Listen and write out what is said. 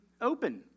open